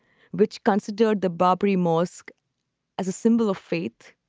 which considered the barbree mosque as a symbol of faith,